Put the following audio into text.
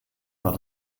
war